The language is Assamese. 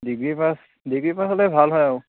ডিগ্ৰী পাছ ডিগ্ৰী পাছ হ'লে ভাল হয় আৰু